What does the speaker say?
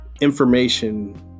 information